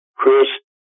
Chris